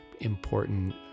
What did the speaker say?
important